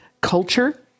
culture